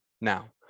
now